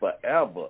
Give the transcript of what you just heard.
forever